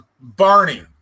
Barney